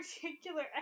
particular